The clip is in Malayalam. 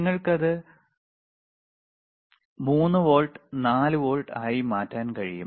നിങ്ങൾക്ക് ഇത് 3 വോൾട്ട് 4 വോൾട്ട് ആയി മാറ്റാൻ കഴിയും